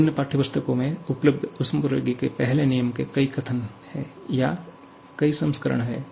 विभिन्न पाठ्यपुस्तकों में उपलब्ध ऊष्मप्रवैगिकी के पहले नियम के कई कथन या कई संस्करण हैं